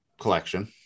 collection